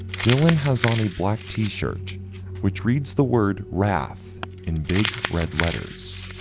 dylan has on a black t-shirt which reads the word wrath in big red letters.